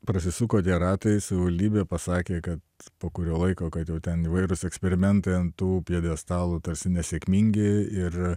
prasisuko ratai savivaldybė pasakė kad po kurio laiko kad jau ten įvairūs eksperimentai ant tų pjedestalų tarsi nesėkmingi ir